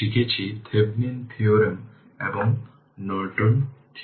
2 e t 2t